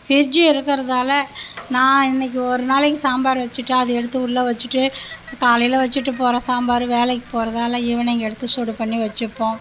fridge இருக்குறதால நான் இன்னைக்கு ஒரு நாளைக்கு சாம்பார் வச்சுட்டா அதை எடுத்து உள்ளே வச்சுவிட்டு காலையில் வச்சுட்டு போகற சாம்பார் வேலைக்கு போகறதால ஈவினிங் எடுத்து சூடு பண்ணி வச்சுப்போம்